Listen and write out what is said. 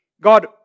God